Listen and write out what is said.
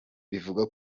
bivugwa